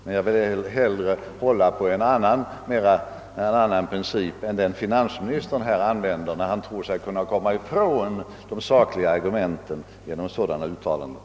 Men jag vill hellre hålla på en annan princip än den finansministern tillämpar när han tror sig kunna komma ifrån de sakliga argumenten genom uttalanden av detta slag.